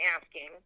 asking